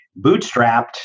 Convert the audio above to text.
bootstrapped